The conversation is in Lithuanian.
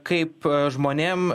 kaip žmonėm